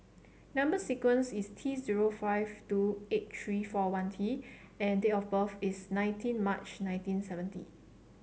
number sequence is T zero five two eight three four one T and date of birth is nineteen March nineteen seventy